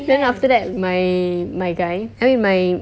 then after that my my guy I mean my